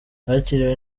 bakiriwe